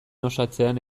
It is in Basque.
osatzean